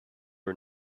are